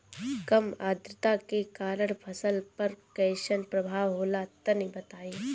कम आद्रता के कारण फसल पर कैसन प्रभाव होला तनी बताई?